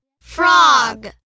Frog